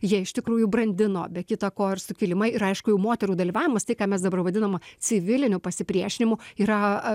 jie iš tikrųjų brandino be kita ko ir sukilimai ir aišku jau moterų dalyvavimas tai ką mes dabar vadinam civiliniu pasipriešinimu yra